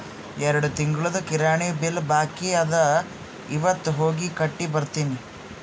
ಎರಡು ತಿಂಗುಳ್ದು ಕಿರಾಣಿ ಬಿಲ್ ಬಾಕಿ ಅದ ಇವತ್ ಹೋಗಿ ಕಟ್ಟಿ ಬರ್ತಿನಿ